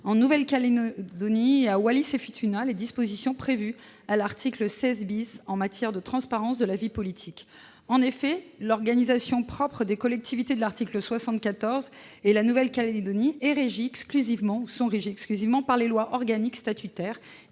la Nouvelle-Calédonie et Wallis-et-Futuna -les dispositions prévues à l'article 16 en matière de transparence de la vie politique. En effet, l'organisation propre des collectivités régies par l'article 74 de la Constitution et de la Nouvelle-Calédonie est fixée exclusivement par les lois organiques statutaires,